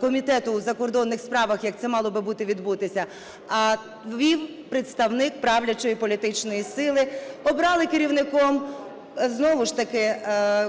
Комітету у закордонних справах, як це мало б бути відбутися, а вів представник правлячої політичної сили. Обрали керівником все ж таки